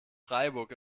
freiburg